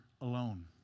alone